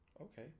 okay